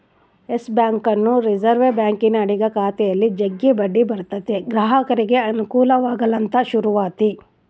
Yes ಬ್ಯಾಂಕನ್ನು reserve ಬ್ಯಾಂಕಿನ ಅಡಿಗ ಖಾತೆಯಲ್ಲಿ ಜಗ್ಗಿ ಬಡ್ಡಿ ಬರುತತೆ ಗ್ರಾಹಕರಿಗೆ ಅನುಕೂಲವಾಗಲಂತ ಶುರುವಾತಿ